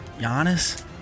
Giannis